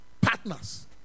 Partners